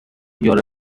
your